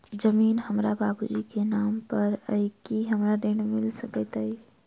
जमीन हमरा बाबूजी केँ नाम पर अई की हमरा ऋण मिल सकैत अई?